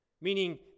Meaning